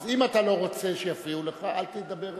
אם אתה לא רוצה שיפריעו לך, אל תדבר אליה.